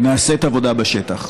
נעשית עבודה בשטח.